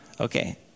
Okay